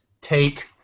take